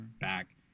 back